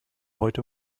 heute